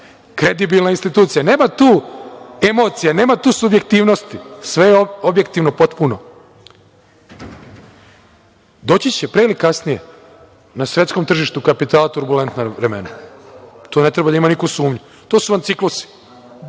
kredibilna institucija. Nema tu emocija, nema tu subjektivnosti, sve je objektivno potpuno. Doći će, pre ili kasnije, na svetskom tržištu kapitala turbulentna vremena, u to ne treba da ima niko sumnju. To su vam ciklusi.